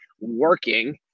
working